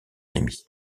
rémi